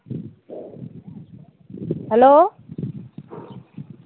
hello